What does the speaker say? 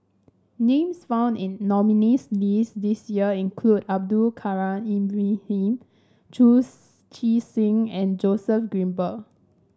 names found in nominees' list this year include Abdul Kadir Ibrahim Chu Chee Seng and Joseph Grimberg